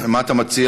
מה אתה מציע?